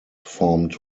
formed